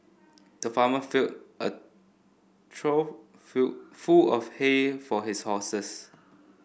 the farmer filled a trough feel full of hay for his horses